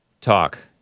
talk